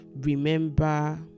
remember